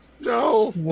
No